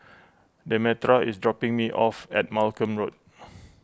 Demetra is dropping me off at Malcolm Road